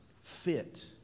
fit